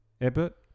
Ebert